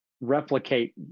replicate